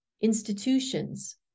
institutions